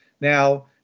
Now